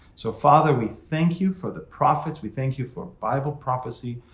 so, father, we thank you for the prophets. we thank you for bible prophecy.